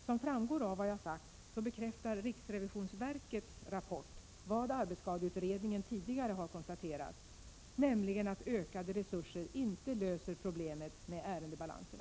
Såsom framgår av vad jag har sagt bekräftar riksrevisionsverkets rapport vad arbetsskadeutredningen tidigare har konstaterat, nämligen att ökade resurser inte löser problemet med ärendebalanser.